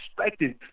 expected